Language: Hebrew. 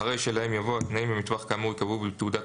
אחרי "שלהם" יבוא "התנאים במטווח כאמור ייקבעו בתעודת